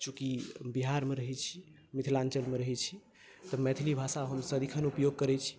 चूँकि बिहारमे रहैत छी मिथिलाञ्चलमे रहैत छी तऽ मैथिली भाषा हम सदिखन उपयोग करैत छी